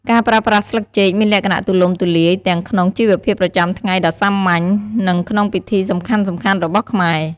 ការប្រើប្រាស់ស្លឹកចេកមានលក្ខណៈទូលំទូលាយ ទាំងក្នុង ជីវភាពប្រចាំថ្ងៃដ៏សាមញ្ញ និងក្នុងពិធីសំខាន់ៗ របស់ខ្មែរ។